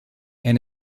and